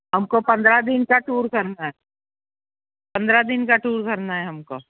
हम को पंद्रह दिन का टूर करना है पंद्रह दिन का टूर करना है हम को